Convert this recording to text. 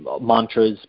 mantras